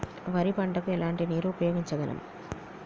వరి పంట కు ఎలాంటి నీరు ఉపయోగించగలం?